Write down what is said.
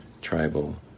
Tribal